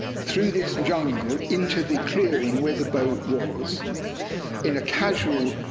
through this jungle into the clearing where the boat was in a casual,